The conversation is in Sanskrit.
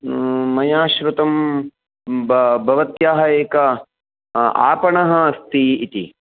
मया श्रुतं ब भवत्याः एकः आपणः अस्ति इति